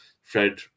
Fred